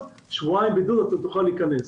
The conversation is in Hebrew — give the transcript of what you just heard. שבועיים בידוד ואתה תוכל להיכנס.